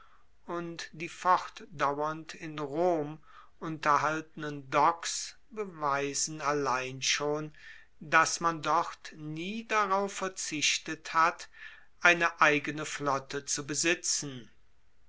und die fortdauernd in rom unterhaltenen docks beweisen allein schon dass man dort nie darauf verzichtet hat eine eigene flotte zu besitzen